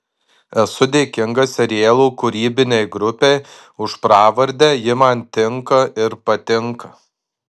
esu dėkingas serialo kūrybinei grupei už pravardę ji man tinka ir patinka